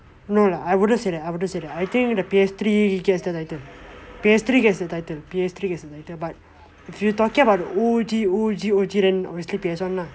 no lah I wouldn't say that I wouldn't say that I think the P_S three gets the title P_S three gets the title the P_S three gets the title but if you're talking about the O_G O_G O_G then obviously P_S one lah